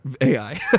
AI